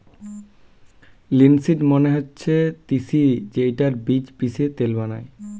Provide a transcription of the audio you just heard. linseed মানে হচ্ছে তিসি যেইটার বীজ পিষে তেল বানায়